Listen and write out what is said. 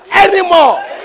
anymore